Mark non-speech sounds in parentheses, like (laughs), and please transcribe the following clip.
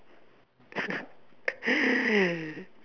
(laughs)